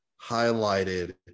highlighted